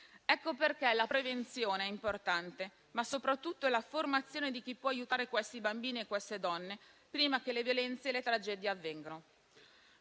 Ecco perché la prevenzione è importante, ma soprattutto la formazione di chi può aiutare questi bambini e queste donne prima che le violenze e le tragedie avvengano.